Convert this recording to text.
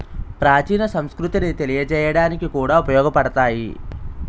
ప్రాచీన సంస్కృతిని తెలియజేయడానికి కూడా ఉపయోగపడతాయి